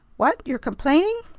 what! you're complaining?